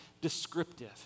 descriptive